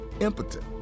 impotent